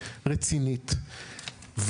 רצינית,